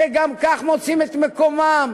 שגם כך מוצאים את מקומם,